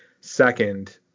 second